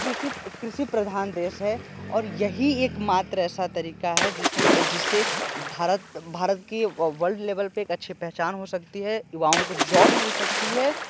कृषि कृषि प्रधान देश है और यही एक मात्र ऐसा तरीका है जिसमें जिससे भारत भारत की वर्ल्ड लेवल पर एक अच्छी पहचान हो सकती है युवाओं को जॉब मिल सकती है